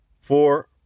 Four